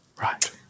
right